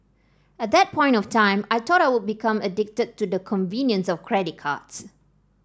at that point of time I thought I would become addicted to the convenience of credit cards